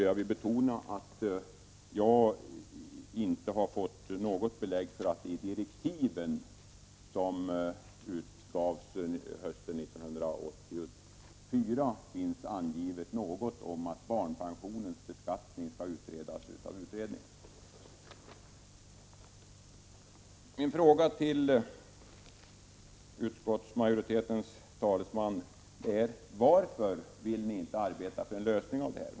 Jag vill betona att jag inte har fått något belägg för att det i direktiven till pensionsberedningen, som gavs hösten 1984, finns angivet att barnpensionens beskattning skall utredas av beredningen. Min fråga till utskottsmajoritetens talesman är: Varför vill ni inte arbeta för en lösning av problemet?